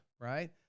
right